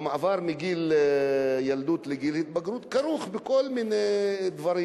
המעבר מגיל ילדות לגיל ההתבגרות כרוך בכל מיני דברים.